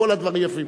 כל הדברים יפים.